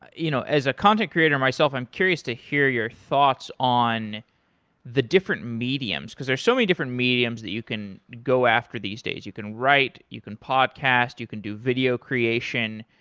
you know as a content creator myself, i'm curious to hear your thoughts on the different mediums, because there are so many different mediums that you can go after these days. you can write. you can podcast. you can do video creation.